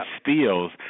steals